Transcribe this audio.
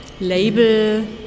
label